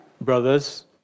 brothers